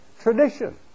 tradition